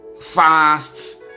fast